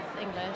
English